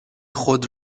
خود